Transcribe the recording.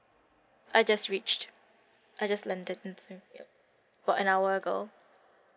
I just reached I just landed in singapore ya for an hour ago